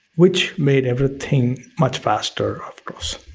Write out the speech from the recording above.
which made everything much faster of course